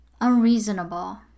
unreasonable